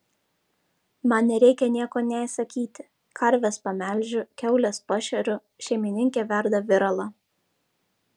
man nereikia nieko nė sakyti karves pamelžiu kiaules pašeriu šeimininkė verda viralą